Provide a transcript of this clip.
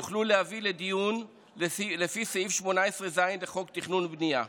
יוכלו להביא לדיון לפי סעיף 18(ז) לחוק התכנון והבנייה.